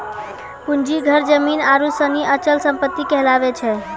पूंजी घर जमीन आरु सनी अचल सम्पत्ति कहलावै छै